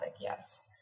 yes